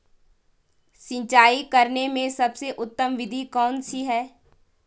सिंचाई करने में सबसे उत्तम विधि कौन सी है?